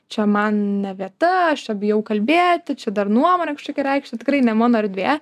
čia man ne vieta aš bijau kalbėti čia dar nuomonę kažkokią reikšti tikrai ne mano erdvė